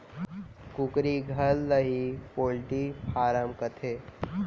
कुकरी घर ल ही पोल्टी फारम कथें